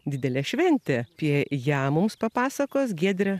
didelė šventė apie ją mums papasakos giedrė